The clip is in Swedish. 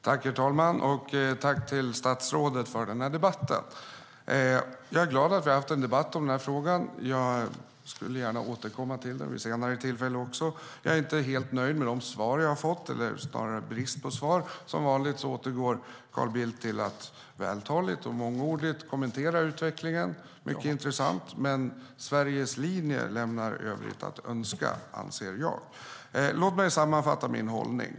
Herr talman! Jag vill tacka statsrådet för debatten. Jag är glad att vi har haft en debatt om den här frågan och skulle gärna återkomma till den vid senare tillfälle. Jag är inte helt nöjd med de svar jag har fått eller snarare med bristen på svar. Som vanligt återgår Carl Bildt till att vältaligt och mångordigt kommentera utvecklingen, mycket intressant, men Sveriges linje lämnar övrigt att önska, anser jag. Låt mig sammanfatta min hållning.